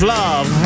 love